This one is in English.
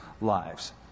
lives